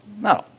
No